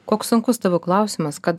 koks sunkus tavo klausimas kad